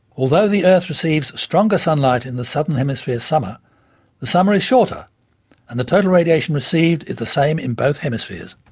although the earth receives stronger sunlight in the southern hemisphere summer, the summer is shorter and the total radiation received is the same in both hemispheres.